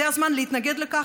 זה הזמן להתנגד לכך.